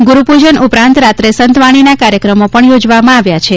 ગુરૂપૂજન ઉપરાંત રાત્રે સંતવાણીના કાર્યક્રમો પણ યોજવામાં આવ્યા છે